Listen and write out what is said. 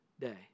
day